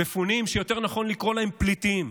מפונים, שיותר נכון לקרוא להם פליטים,